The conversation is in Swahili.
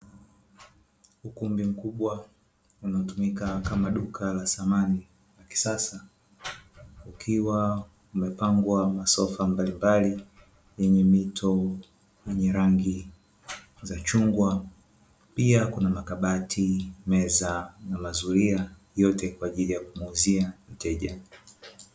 Ukumi mkubwa unaotumika kama duka la samani la kisasa likiwa limepangwa masofa mbalimbali, yenye mito zenye rangi za chungwa pia kuna makabati, meza na mazulia yote kwa ajili ya kumuuzia mteja,